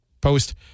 post